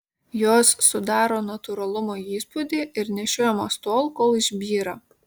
jos sudaro natūralumo įspūdį ir nešiojamos tol kol išbyra